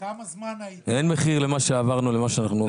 אין מחיר למה שעברנו ולמה שאנחנו עוברים.